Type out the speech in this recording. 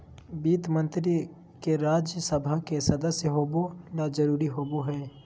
वित्त मंत्री के राज्य सभा के सदस्य होबे ल जरूरी होबो हइ